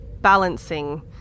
balancing